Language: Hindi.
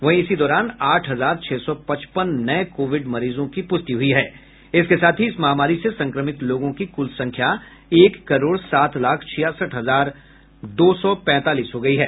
वहीं इसी दौरान आठ हजार छह सौ पचपन नये कोविड मरीजों की प्रष्टि के साथ इस महामारी से संक्रमित लोगों की कुल संख्या एक करोड़ सात लाख छियासठ हजार दो सौ पैंतालीस हो गई है